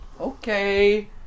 Okay